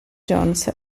jones